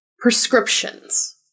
prescriptions